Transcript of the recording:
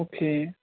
okay